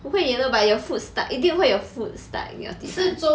不会 yellow but your food stuck 一定会有 food stuck in your teeth one